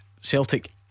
Celtic